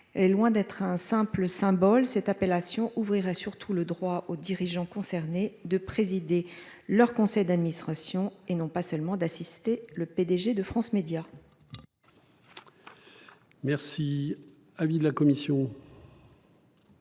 Loin d'être un simple symbole cette appellation ouvrira surtout le droit aux dirigeants concernés de présider leur conseil d'administration et non pas seulement d'assister le PDG de France Médias.